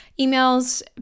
emails